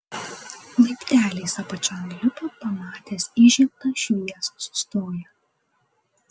laipteliais apačion lipa pamatęs įžiebtą šviesą sustoja